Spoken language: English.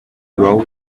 row